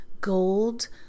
gold